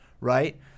right